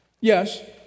Yes